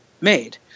made